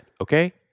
Okay